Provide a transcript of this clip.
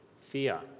fear